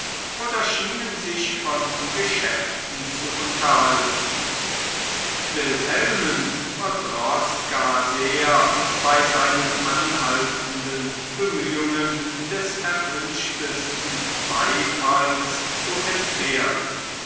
oder schienen sich von geschäften zu unterhalten wilhelmen verdroß gar sehr bei seinen anhaltenden bemühungen des erwünschtesten beifalls zu entbehren